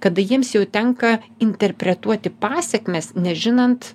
kada jiems jau tenka interpretuoti pasekmes nežinant